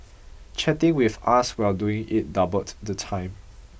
chatting with us while doing it doubled the time